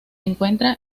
encuentra